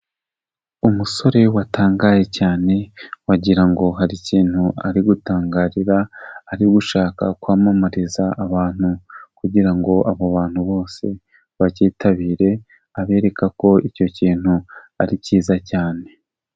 Umusore watangaye cyane, wagira ngo hari ikintu ari gutangarira, ari gushaka kwamamariza abantu, kugira ngo abo bantu bose bakitabire abereka ko icyo kintu ari kiza cyane.